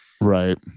Right